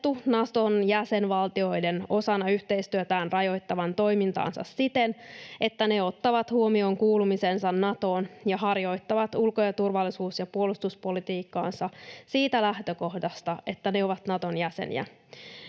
Naton jäsenvaltioiden osana yhteistyötään rajoittavan toimintaansa siten, että ne ottavat huomioon kuulumisensa Natoon ja harjoittavat ulko- ja turvallisuus- sekä puolustuspolitiikkaansa siitä lähtökohdasta, että ne ovat Naton jäseniä.